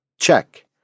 Check